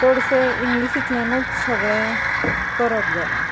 चडशें इंग्लिशीतल्यानूच सगळें करप जालां